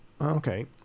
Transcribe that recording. okay